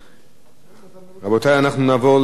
אנחנו נעבור לנושא האחרון של סדר-היום,